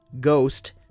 Ghost